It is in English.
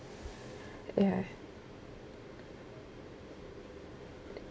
ya